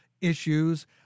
issues